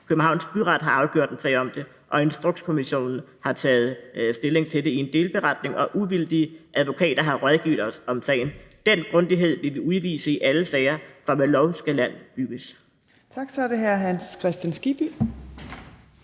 Københavns Byret har afgjort en sag om det; og Instrukskommissionen har taget stilling til det i en delberetning; og uvildige advokater har rådgivet os om sagen. Den grundighed vil vi udvise i alle sager, for med lov skal land bygges. Kl. 12:01 Fjerde næstformand